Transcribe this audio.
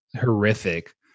horrific